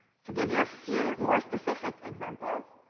to give you a few more specific examples,